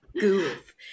goof